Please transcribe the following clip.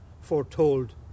foretold